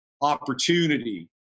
opportunity